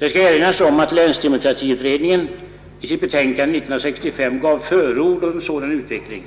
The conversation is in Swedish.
Det skall erinras om att länsdemokratiutredningen i sitt betänkande 1965 gav förord åt en sådan utveckling: